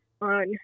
on